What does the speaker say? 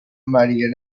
marie